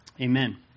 Amen